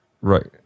Right